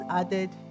added